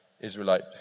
Israelite